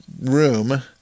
room